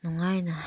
ꯅꯨꯡꯉꯥꯏꯅ